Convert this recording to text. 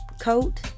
coat